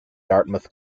dartmouth